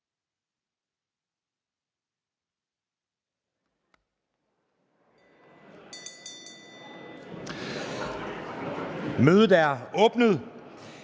Mødet er åbnet.